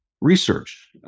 research